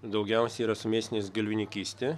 daugiausia yra su mėsinės galvijininkyste